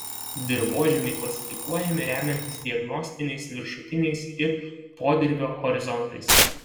dirvožemiai klasifikuojami remiantis diagnostiniais viršutiniais ir podirvio horizontais